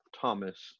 Thomas